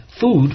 food